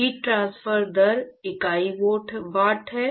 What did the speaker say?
heat transfer दर इकाई watt है